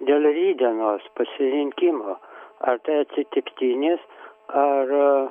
dėl rytdienos pasirinkimo ar tai atsitiktinis ar